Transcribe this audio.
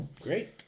Great